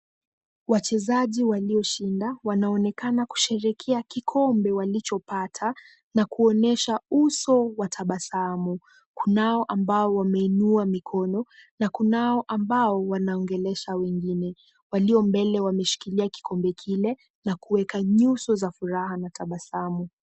Wachezaji walioshinda wanaonekana wakisherehekea kikombe walichopata na kuonyesha uso wa tabasamu. Kunao ambao wameinua mikono na kunao ambao wanaongelesha wengine. Walio mbele wameshikilia kikombe kile na kuweka nyuso za furaha na tabasamu.